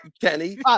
Kenny